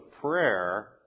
prayer